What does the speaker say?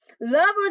lovers